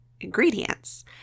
ingredients